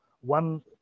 one